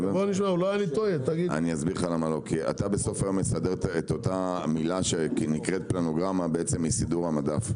אתה בסוף היום מסדר את אותה מילה שנקראת פלנוגרמה שהיא סידור המדף,